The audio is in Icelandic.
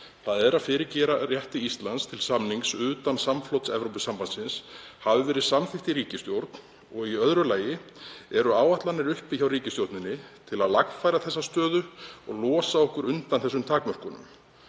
þ.e. að fyrirgera rétti Íslands til samnings utan samflots við Evrópusambandið, hafi verið samþykkt í ríkisstjórn. Í öðru lagi: Eru áætlanir uppi hjá ríkisstjórninni um að lagfæra þessa stöðu og losa okkur undan þessum takmörkunum,